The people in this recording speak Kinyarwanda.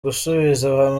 gusubiza